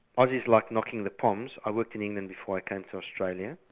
aussies like knocking the poms, i worked in england before i came to australia,